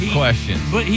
questions